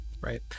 Right